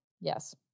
Yes